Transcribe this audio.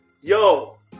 Yo